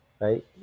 right